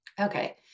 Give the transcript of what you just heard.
Okay